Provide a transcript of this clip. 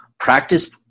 Practice